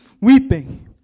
weeping